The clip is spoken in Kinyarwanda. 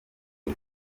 uku